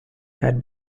had